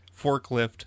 forklift